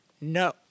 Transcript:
No